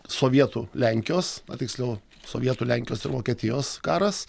sovietų lenkijos o tiksliau sovietų lenkijos ir vokietijos karas